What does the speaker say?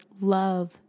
love